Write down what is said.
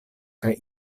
kaj